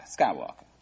Skywalker